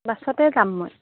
বাছতে যাম মই